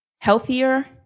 healthier